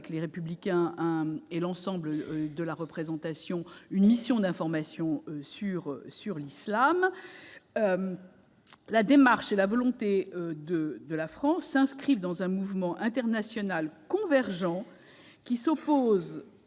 Les Républicains et l'ensemble de la représentation sénatoriale, une mission d'information sur l'islam. La démarche et la volonté de la France s'inscrivent dans un mouvement international convergent, qui s'oppose